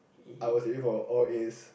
I was aiming for all As